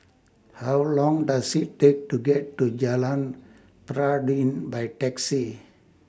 How Long Does IT Take to get to Jalan Peradun By Taxi